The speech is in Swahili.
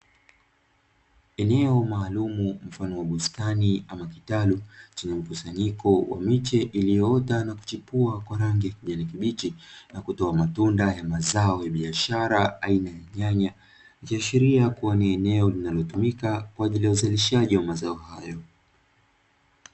Eneo maalumu mfano wa bustani ama kitalu chenye mkusanyiko wa miche iliyoota na kuchipua kwa rangi ya kijani kibichi na kutoa matunda ya zao la biashara aina ya nyanya, ikiashiria kuwa ni eneo linalotumika kwa ajili ya uzalishaji wa mazao hayo.